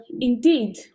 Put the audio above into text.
indeed